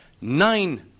Nine